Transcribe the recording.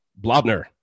Blobner